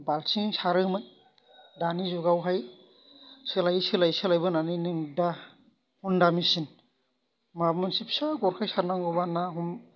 बालथिंजों सारोमोन दानि जुगावहाय सोलायै सोलायै सोलायबोनानै नैदा हन्डा मिशिन माबा मोनसे फिसा गरखाइ सारनांगौबा ना हमनो